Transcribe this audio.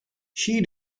she